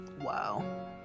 Wow